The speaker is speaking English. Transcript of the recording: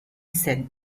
said